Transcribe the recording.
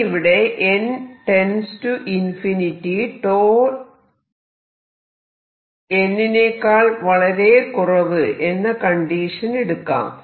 ഇനിയിവിടെ n →∞ 𝞃 n എന്ന condition എടുക്കാം